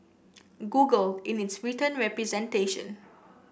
Google in its written representation